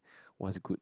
what's good